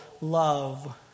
love